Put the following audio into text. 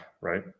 right